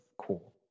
cool